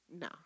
No